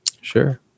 Sure